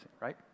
right